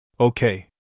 Okay